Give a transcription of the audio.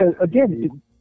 Again